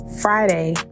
Friday